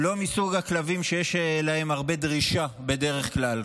לא מסוג הכלבים שיש להם הרבה דרישה בדרך כלל,